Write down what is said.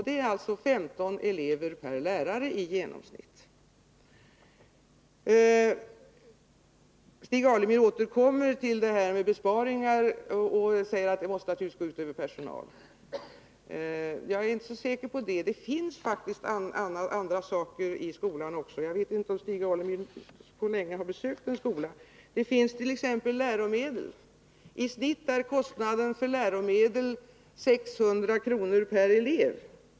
Det är alltså i genomsnitt 15 elever 27 Stig Alemyr återkom till frågan om besparingar och sade att dessa naturligtvis måste gå ut över personalen. Jag är emellertid inte så säker på det. Det finns faktiskt andra saker i skolan också. Jag vet inte om det är länge sedan Stig Alemyr besökte en skola. Det finns t.ex. läromedel. I snitt är kostnaden för läromedel 600 kr. per elev.